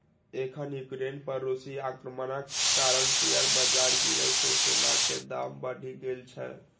एखन यूक्रेन पर रूसी आक्रमणक कारण शेयर बाजार गिरै सं सोनाक दाम बढ़ि गेल छै